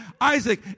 Isaac